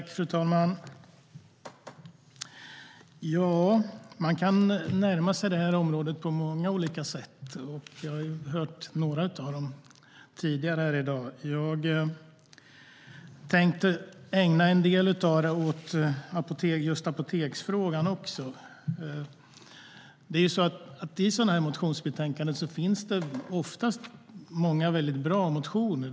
Fru talman! Man kan närma sig det här området på många olika sätt. Vi har hört några av dem tidigare i dag. Jag tänker också ägna en del av tiden åt just apoteksfrågan.I sådana här motionsbetänkanden finns det oftast många väldigt bra motioner.